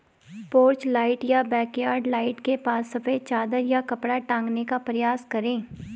porch light या backyard light के पास सफेद चादर या कपड़ा टांगने का प्रयास करें